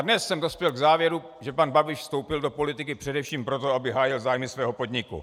Dnes jsem dospěl k závěru, že pan Babiš vstoupil do politiky především proto, aby hájil zájmy svého podniku.